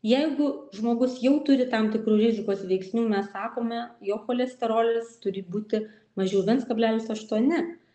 jeigu žmogus jau turi tam tikrų rizikos veiksnių mes sakome jo cholesterolis turi būti mažiau viens kablelis aštuoni